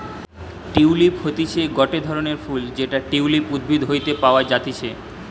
tulip হতিছে গটে ধরণের ফুল যেটা টিউলিপ উদ্ভিদ হইতে পাওয়া যাতিছে